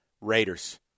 Raiders